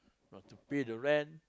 got to pay the rent